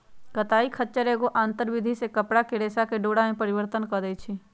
कताई खच्चर एगो आंतर विधि से कपरा के रेशा के डोरा में परिवर्तन कऽ देइ छइ